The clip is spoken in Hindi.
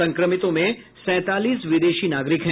संक्रमितों में सैंतालीस विदेशी नागरिक हैं